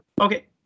Okay